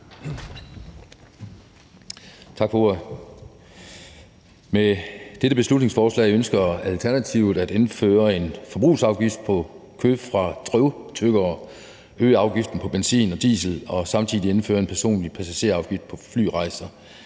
Med dette beslutningsforslag ønsker Alternativet at indføre en forbrugsafgift på kød fra drøvtyggere, en øget afgift på benzin og diesel og at indføre en personlig passagerafgift på flyrejser,